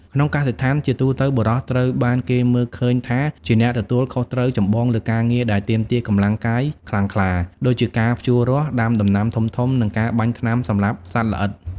ក្នុងកសិដ្ឋាន ជាទូទៅ បុរសត្រូវបានគេមើលឃើញថាជាអ្នកទទួលខុសត្រូវចម្បងលើការងារដែលទាមទារកម្លាំងកាយខ្លាំងក្លា ដូចជាការភ្ជួររាស់ ដាំដំណាំធំៗ និងការបាញ់ថ្នាំសម្លាប់សត្វល្អិត។